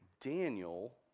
Daniel